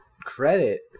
credit